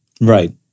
Right